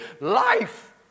life